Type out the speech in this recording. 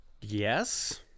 yes